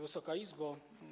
Wysoka Izbo!